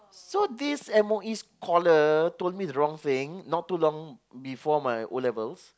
so this M_O_E scholar told me wrong thing not too long before my O-levels